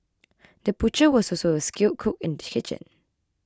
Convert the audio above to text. the butcher was also a skilled cook in the kitchen